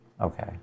Okay